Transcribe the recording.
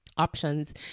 Options